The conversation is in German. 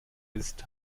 ist